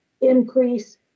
increase